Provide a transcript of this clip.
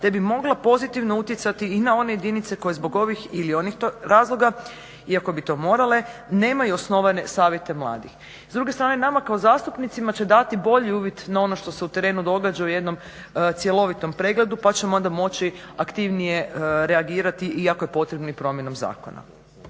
te bi mogla pozitivno utjecati i na one jedinice koje zbog ovih ili onih razloga iako bi to morale nemaju osnovane savjete mladih. S druge strane nama kao zastupnicima će dati bolji uvid na ono što se u terenu događa u jednom cjelovitom pregledu pa ćemo onda moći aktivnije reagirati i ako je potrebno promjenom zakona.